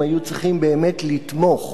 הם היו צריכים באמת לתמוך